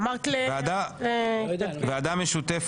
ועדה משולשת,